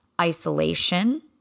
isolation